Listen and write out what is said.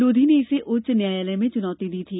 लोधी ने इसे उच्च न्यायालय में चुनौती दी थी